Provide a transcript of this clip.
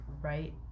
right